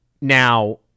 Now